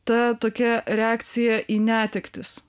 ta tokia reakcija į netektis